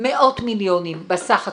מאות מיליונים בסך הכול.